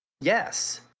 Yes